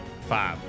Five